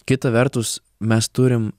kita vertus mes turim